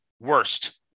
worst